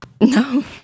No